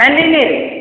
ನಂದಿನಿ ರೀ